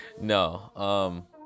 No